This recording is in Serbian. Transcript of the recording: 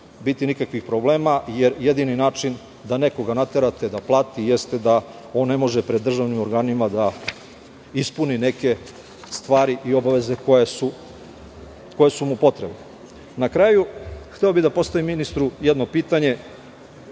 biti nikakvih problema, jer jedini način da nekoga naterate da plati jeste da ne može pred državnim organima da ispuni neke stvari i obaveze koje su mu potrebne. Na kraju, hteo bih da postavim ministru jedno pitanje,